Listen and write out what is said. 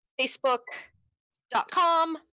facebook.com